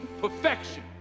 perfection